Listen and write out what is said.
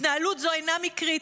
התנהלות זו אינה מקרית,